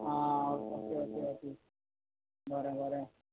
आं okay okay okay बोरें बोरें